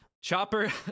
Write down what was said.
Chopper